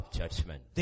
judgment